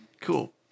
cool